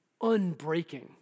unbreaking